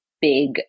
big